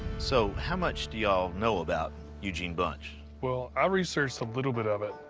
so, how much do y'all know about eugene bunch? well, i researched a little bit of it,